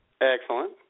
Excellent